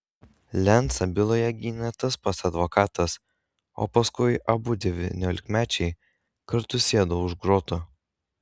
lencą byloje gynė tas pats advokatas o paskui abu devyniolikmečiai kartu sėdo už grotų